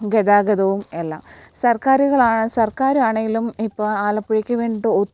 ഗതാഗതവും എല്ലാം സർക്കാരുകളാണ് സർക്കാരാണെങ്കിലും ഇപ്പം ആലപ്പുഴയ്ക്ക് വേണ്ടീട്ട്